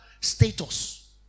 status